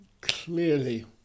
clearly